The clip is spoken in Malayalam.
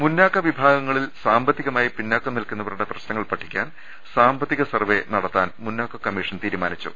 മുന്നാക്ക വിഭാഗങ്ങളിൽ സാമ്പത്തികമായി പിന്നാക്കം നിൽക്കു ന്നവരുടെ പ്രശ്നങ്ങൾ പഠിക്കാൻ സാമ്പത്തിക സർവ്വെ സംഘടിപ്പി ക്കുന്നതിന് മുന്നാക്ക കമ്മീഷൻ തീരുമാനിച്ചു